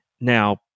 Now